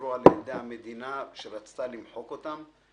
שנאמרו על ידי המדינה שרצתה למחוק אותם,